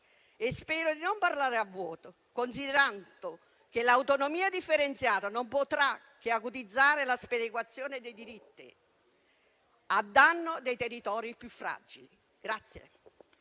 Spero di non parlare a vuoto, considerando che l'autonomia differenziata non potrà che acutizzare la sperequazione dei diritti a danno dei territori più fragili.